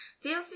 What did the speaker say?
feel